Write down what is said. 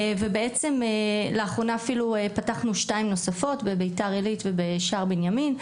ובעצם לאחרונה אפילו פתחנו 2 נוספות בבית"ר עלית ובשער בנימין,